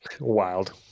Wild